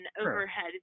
overhead